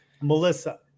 Melissa